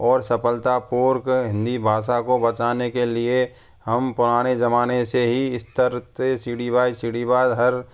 और सफलतापूर्ण हिंदी भाषा को बचाने के लिए हम पुराने जमाने से ही स्तर से सीढ़ी बाई सीढ़ी हर